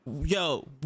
yo